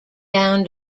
down